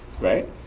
right